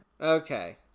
Okay